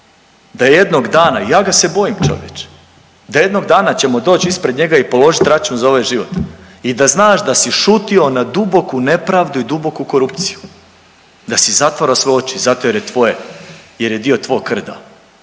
da jednog dana, ja ga se bojim čovječe, da jednog dana ćemo doć ispred njega i položit račun za ovaj život i da znaš da si šutio na duboku nepravdu i duboku korupciju, da si zatvaro sve oči jer je tvoje jer je dio tvog krda.